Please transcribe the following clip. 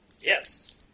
Yes